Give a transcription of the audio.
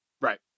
right